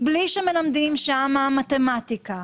בלי שמלמדים שם מתמטיקה